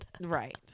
Right